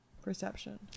perception